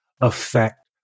affect